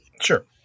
Sure